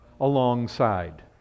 Alongside